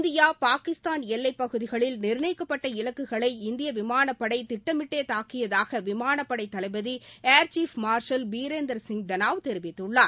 India Pakistan எல்லைப் பகுதிகளில் நிர்ணயிக்கப்பட்ட இலக்குகளை இந்திய விமானப் படை திட்டமிட்டே தாக்கியதாக விமானப் படை தளபதி air chief marshal Birender Singh Dhanoa தெரிவித்துள்ளார்